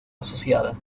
asociada